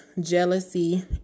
jealousy